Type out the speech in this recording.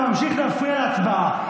אתה ממשיך להפריע להצבעה.